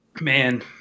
Man